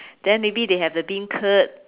then maybe they have the beancurd